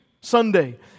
Sunday